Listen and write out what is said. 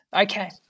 Okay